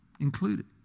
included